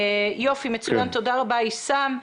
תודה רבה, עיסאם.